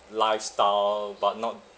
lifestyle but not